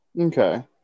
Okay